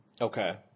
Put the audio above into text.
Okay